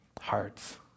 hearts